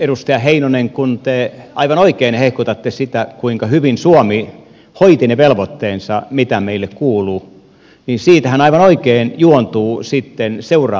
edustaja heinonen kun te aivan oikein hehkutatte sitä kuinka hyvin suomi hoiti ne velvoitteensa mitkä meille kuuluivat niin siitähän aivan oikein juontuu sitten seuraava vaade